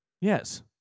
Yes